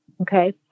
Okay